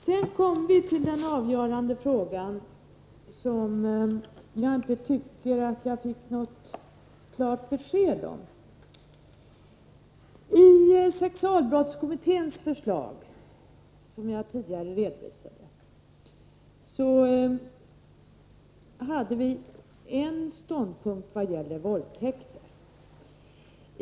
Sedan kommer jag till den avgörande frågan, som jag inte tycker att jag fick något klart besked om. I sexualbrottskommitténs förslag framförs, som jag tidigare redovisade, en ståndpunkt vad gäller våldtäkter.